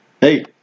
hey